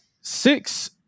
six